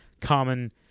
common